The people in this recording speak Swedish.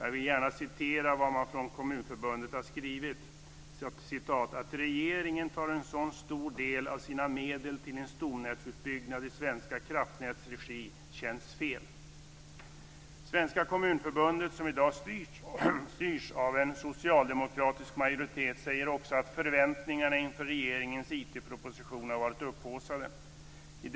Jag vill gärna återge vad man från Kommunförbundet har skrivit, nämligen: Att regeringen tar en så stor del av sina medel till en stomnätsutbyggnad i Svenska Kraftnäts regi känns fel. Svenska Kommunförbundet, som i dag styrs av en socialdemokratisk majoritet, säger också att förväntningarna inför regeringens IT-proposition har varit upphaussade.